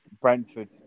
Brentford